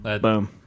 boom